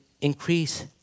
increase